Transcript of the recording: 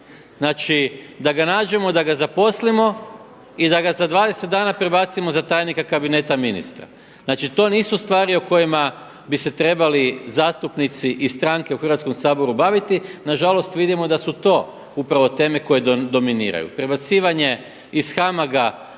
Znači da ga nađemo i da ga zaposlimo i da ga za 20 dana prebacimo za tajnika kabineta ministra. Znači to nisu stvari o kojima bi se trebali zastupnici i stranke u Hrvatskom saboru baviti. Nažalost vidimo da su to upravo teme koje dominiraju. Prebacivanje iz HAMAG-a